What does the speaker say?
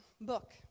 book